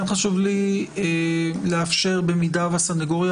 כן חשוב לי לאפשר במידה שהסנגוריה